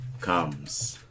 comes